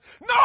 no